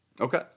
Okay